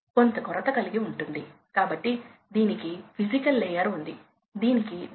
7 కాబట్టి సగటు హార్స్పవర్ అవసరం 32